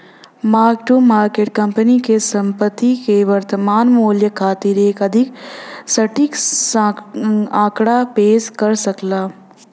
mark to market company क संपत्ति क वर्तमान मूल्य खातिर एक अधिक सटीक आंकड़ा पेश कर सकला